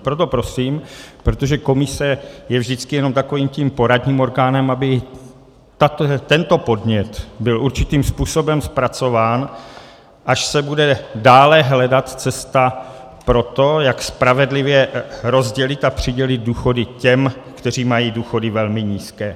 Proto prosím, protože komise je vždycky jen takovým tím poradním orgánem, aby tento podnět byl určitým způsobem zpracován, až se bude dále hledat cesta pro to, jak spravedlivě rozdělit a přidělit důchody těm, kteří mají důchody velmi nízké.